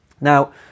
Now